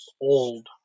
old